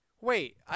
Wait